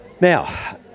Now